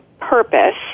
purpose